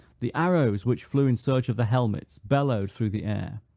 the arrows which flew in search of the helmets, bellowed through the air.